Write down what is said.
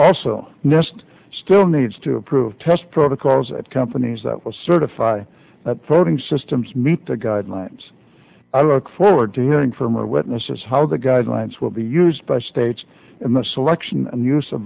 nest still needs to approve test protocols at companies that will certify furring systems meet the guidelines i look forward to hearing from our witnesses how the guidelines will be used by states in the selection and use of